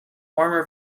warmer